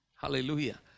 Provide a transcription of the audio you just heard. Hallelujah